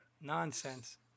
Nonsense